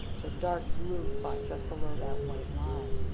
the dark blue spot just below that white line,